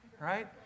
right